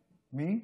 מי?